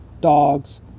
dogs